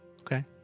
Okay